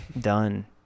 Done